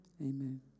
Amen